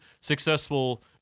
successful